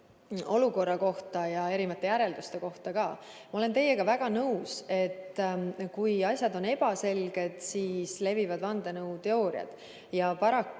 olukorra kohta ja järelduste kohta ka. Ma olen teiega väga nõus, et kui asjad on ebaselged, siis levivad vandenõuteooriad, ja paraku